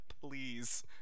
please